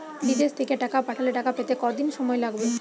বিদেশ থেকে টাকা পাঠালে টাকা পেতে কদিন সময় লাগবে?